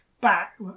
back